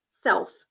self